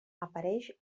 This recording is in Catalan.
apareix